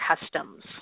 customs